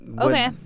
Okay